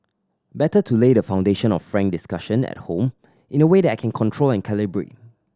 better to lay the foundation of frank discussion at home in a way that I can control and calibrate